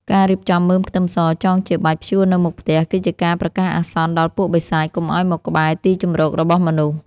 ការរៀបចំមើមខ្ទឹមសចងជាបាច់ព្យួរនៅមុខផ្ទះគឺជាការប្រកាសអាសន្នដល់ពួកបិសាចកុំឱ្យមកក្បែរទីជម្រករបស់មនុស្ស។